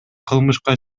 кылмышка